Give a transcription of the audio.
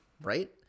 right